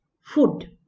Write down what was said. food